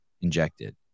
injected